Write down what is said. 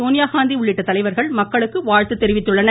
சோனியாகாந்தி உள்ளிட்ட தலைவர்கள் மக்களுக்கு வாழ்த்து தெரிவித்துள்ளனர்